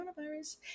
coronavirus